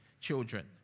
children